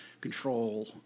control